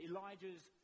Elijah's